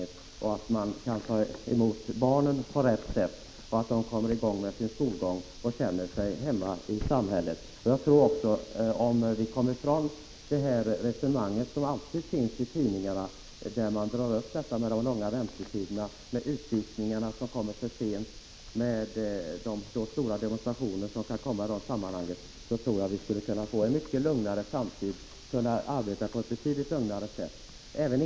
Det är angeläget att man tar emot barnen på rätt sätt, så att de kommer i gång med sin skolgång och känner sig hemma i vårt samhälle. Om vi kunde slippa sådant som tidningarna nu alltid tar upp, dvs. långa väntetider, för sena utvisningar och stora demonstrationer, som nu ibland förekommer i dessa sammanhang, tror jag att vi skulle kunna arbeta på ett betydligt lugnare sätt i framtiden.